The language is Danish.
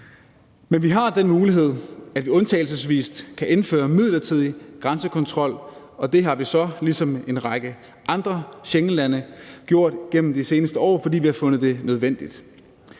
Men vi har den mulighed, at vi undtagelsesvis kan indføre midlertidig grænsekontrol, og det har vi så ligesom en række andre Schengenlande gjort igennem de seneste år, fordi vi har fundet det nødvendigt.